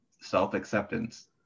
self-acceptance